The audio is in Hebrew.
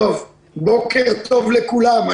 בוקר טוב לכולם.